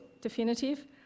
definitive